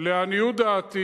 גם החינוך.